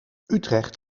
utrecht